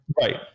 Right